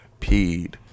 peed